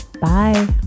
Bye